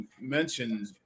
mentioned